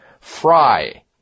Fry